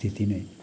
त्यति नै